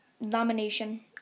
nomination